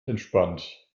entspannt